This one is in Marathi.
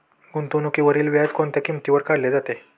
गुंतवणुकीवरील व्याज कोणत्या किमतीवर काढले जाते?